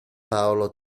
paolo